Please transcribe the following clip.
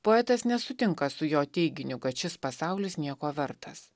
poetas nesutinka su jo teiginiu kad šis pasaulis nieko vertas